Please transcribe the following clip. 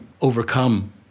overcome